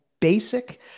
basic